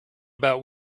about